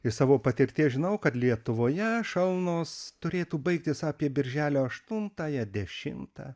iš savo patirties žinau kad lietuvoje šalnos turėtų baigtis apie birželio aštuntąją dešimtą